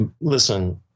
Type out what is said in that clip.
Listen